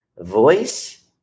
Voice